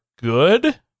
good